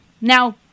now